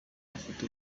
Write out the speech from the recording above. afite